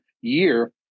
year